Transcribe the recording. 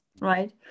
right